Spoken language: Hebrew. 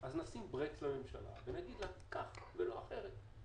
אז נשים ברקס לממשלה ונגיד לה עושים כך ולא אחרת.